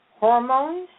Hormones